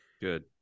Good